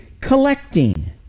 collecting